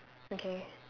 okay